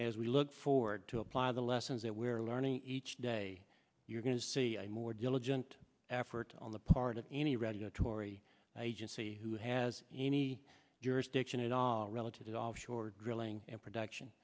as we look forward to apply the lessons that we're learning each day you're going to see a more diligent effort on the part of any regulatory agency who has any jurisdiction at all relative offshore drilling and production